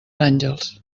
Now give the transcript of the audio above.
àngels